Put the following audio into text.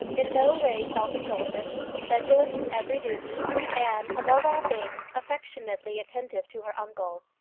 in no way self-indulgent, sedulous in every duty, and, above all things, affectionately attentive to her uncle.